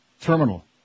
Terminal